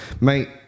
Mate